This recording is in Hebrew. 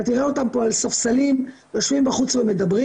אתה תראה אותם פה על ספסלים יושבים בחוץ ומדברים.